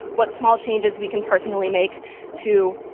what small changes we can personally make to,